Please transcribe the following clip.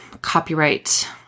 copyright